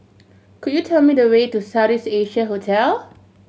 could you tell me the way to South East Asia Hotel